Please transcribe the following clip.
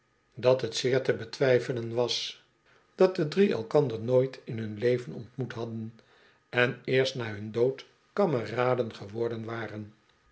dat t zeer te betwijfelen was dat de drie elkander nooit in hun leven ontmoet hadden en eerst na hun dood kameraden geworden waren